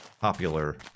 popular